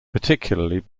particularly